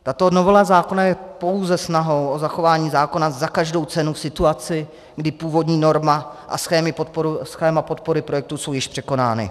Tato novela zákona je pouze snahou o zachování zákona za každou cenu v situaci, kdy původní norma a schéma podpory projektů jsou již překonány.